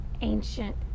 ancient